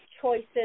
choices